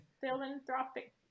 philanthropic